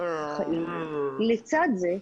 לצד זה,